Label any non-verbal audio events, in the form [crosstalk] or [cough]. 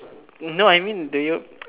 no I mean do you [noise]